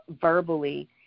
verbally